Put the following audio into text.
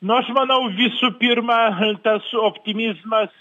nu aš manau visų pirma tas optimizmas